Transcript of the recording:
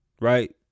right